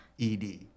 ED